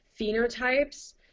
phenotypes